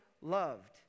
loved